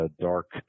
dark